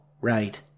right